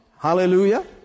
Hallelujah